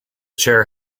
chair